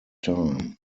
time